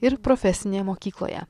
ir profesinėje mokykloje